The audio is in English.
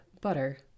butter